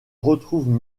retrouvent